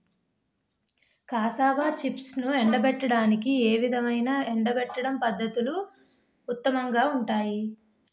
Cassava చిప్స్ను ఎండబెట్టడానికి ఏ విధమైన ఎండబెట్టడం పద్ధతులు ఉత్తమంగా ఉంటాయి?